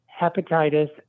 hepatitis